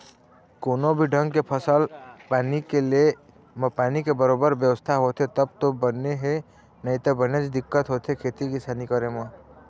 कोनो भी ढंग के फसल पानी के ले म पानी के बरोबर बेवस्था होगे तब तो बने हे नइते बनेच दिक्कत होथे खेती किसानी करे म